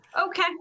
Okay